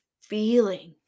feeling